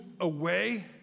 away